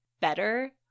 better